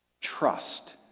Trust